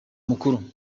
mukuru